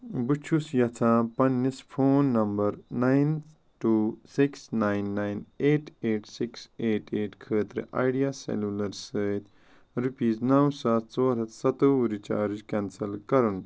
بہٕ چھُس یژھان پننِس phone number nine two six nine nine eight eight six eight eight خٲطرٕ آیڈیا سیٛلولر سۭتۍ رُپیٖز نَو ساس ژور ہتھ سَتووُہ رِچارٕج کیٚنسل کرُن